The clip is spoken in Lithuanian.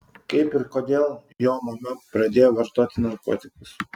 kaip ir kodėl jo mama pradėjo vartoti narkotikus